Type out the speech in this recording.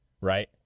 right